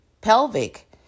pelvic